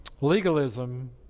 Legalism